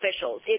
officials